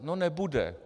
No nebude.